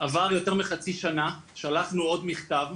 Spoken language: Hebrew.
אבל יותר מחצי שנה שלחנו עוד מכתב,